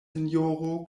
sinjoro